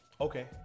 okay